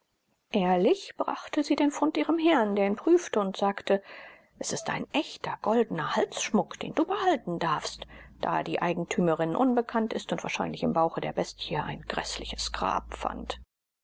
ehrlich brachte sie den fund ihrem herrn der ihn prüfte und sagte es ist ein echter goldener halsschmuck den du behalten darfst da die eigentümerin unbekannt ist und wahrscheinlich im bauche der bestie ein gräßliches grab fand